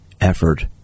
effort